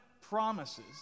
promises